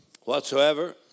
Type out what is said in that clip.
Whatsoever